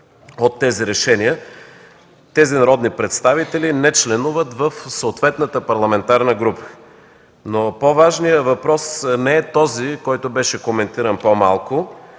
от тези решения – тези народни представители не членуват в съответната парламентарна група. По-важният въпрос не е този, който беше коментиран по-малко,